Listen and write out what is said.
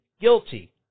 guilty